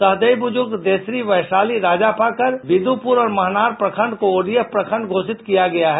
सहदेई बुजुर्ग देसरी वैशाली राजापाकर बिदुपुर और महनार प्रखंड को ऑ डी एफ प्रखंड घोषित किया गया है